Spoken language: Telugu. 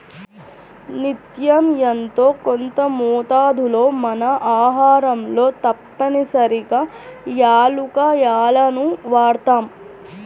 నిత్యం యెంతో కొంత మోతాదులో మన ఆహారంలో తప్పనిసరిగా యాలుక్కాయాలను వాడతాం